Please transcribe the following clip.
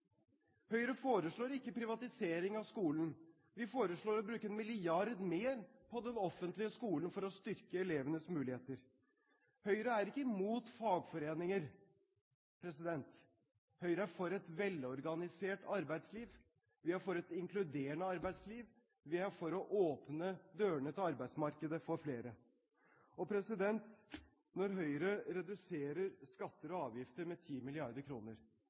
Høyre foreslår ikke privatisering av skolen. Vi foreslår å bruke én milliard mer på den offentlige skolen for å styrke elevenes muligheter. Høyre er ikke imot fagforeninger. Høyre er for et velorganisert arbeidsliv. Vi er for et inkluderende arbeidsliv. Vi er for å åpne dørene til arbeidsmarkedet for flere. Når Høyre reduserer skatter og avgifter med